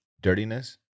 dirtiness